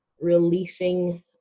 releasing